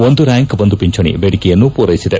ಒಂದು ರ್ಯಾಂಕ್ ಒಂದು ಪಿಂಚಣಿ ಬೇಡಿಕೆಯನ್ನು ಪೂರೈಸಿದೆ